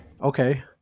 Okay